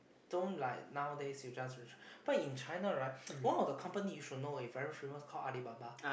don't like nowadays you just rich but in China right one the company you should know is very famous called Alibaba